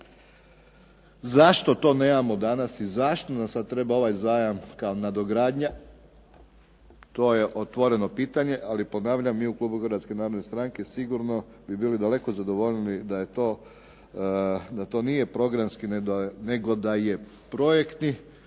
Zašto to nemamo danas i zašto nam sad treba ovaj zajam kao nadogradnja? To je otvoreno pitanje, ali ponavljam mi u klubu HNS-a sigurno bi bili daleko zadovoljniji da je to, da to nije programski nego da je projektni